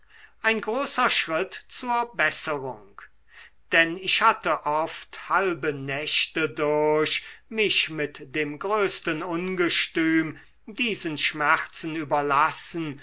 ein großer schritt zur besserung denn ich hatte oft halbe nächte durch mich mit dem größten ungestüm diesen schmerzen überlassen